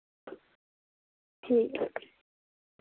ठीक ऐ